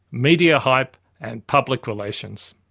media hype and public relations.